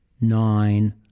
nine